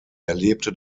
erlebte